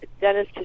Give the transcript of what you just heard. Dennis